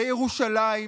לירושלים,